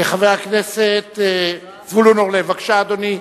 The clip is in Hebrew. חבר הכנסת זבולון אורלב, בבקשה, אדוני.